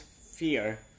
fear